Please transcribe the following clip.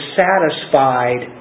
satisfied